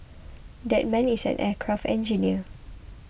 that man is an aircraft engineer